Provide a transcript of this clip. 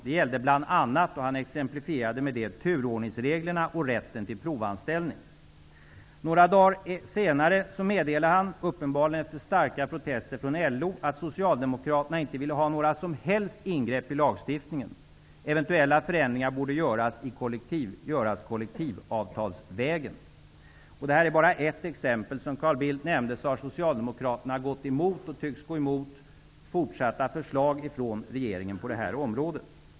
Det gällde bl.a., vilket han exemplifierade med, turordningsreglerna och rätten till provanställning. Några dagar senare meddelade han -- uppenbarligen efter starka protester från LO -- att socialdemokraterna inte ville ha några som helst ingrepp i lagstiftningen. Eventuella förändringar borde göras kollektivavtalsvägen. Detta är bara ett exempel. Som Carl Bildt nämnde har socialdemokraterna gått emot och tycks gå emot fortsatta förslag från regeringen på det här området.